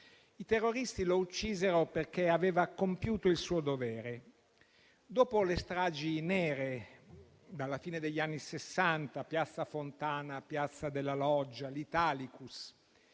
I terroristi lo uccisero perché aveva compiuto il suo dovere. Dopo le stragi nere dalla fine degli anni Sessanta - piazza Fontana, piazza della Loggia, l'Italicus